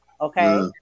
okay